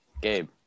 Gabe